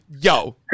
Yo